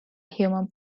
human